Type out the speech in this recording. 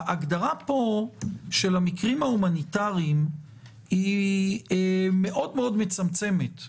ההגדרה פה של המקרים ההומניטריים היא מצמצמת מאוד.